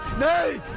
no!